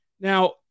Now